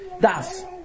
das